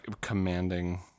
commanding